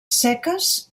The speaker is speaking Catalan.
seques